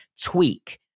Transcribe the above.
tweak